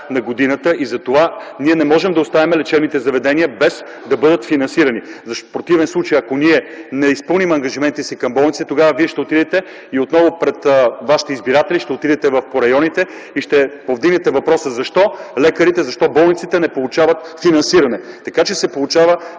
на годината и затова не можем да оставим лечебните заведения без да бъдат финансирани. В противен случай, ако не изпълним ангажиментите си към болниците, тогава вие ще отидете отново при вашите избиратели, ще отидете по районите и ще повдигнете въпроса защо лекарите и болниците не получават финансиране. Получава